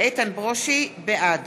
בעד